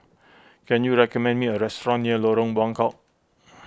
can you recommend me a restaurant near Lorong Buangkok